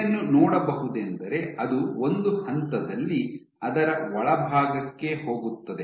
ಏನನ್ನು ನೋಡಬಹುದೆಂದರೆ ಅದು ಒಂದು ಹಂತದಲ್ಲಿ ಅದರ ಒಳಭಾಗಕ್ಕೆ ಹೋಗುತ್ತದೆ